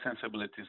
sensibilities